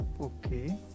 okay